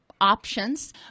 options